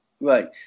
Right